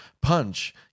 punch